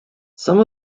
some